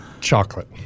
Chocolate